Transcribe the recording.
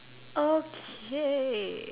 okay